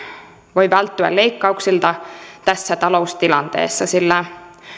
voi välttyä leikkauksilta tässä taloustilanteessa sillä